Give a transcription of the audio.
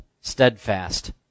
steadfast